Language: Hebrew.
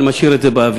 אני משאיר את זה באוויר.